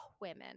women